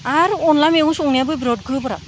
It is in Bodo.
आरो अनला मैगं संनायाबो बिरात गोब्राब